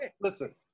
listen